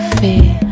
fear